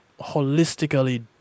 holistically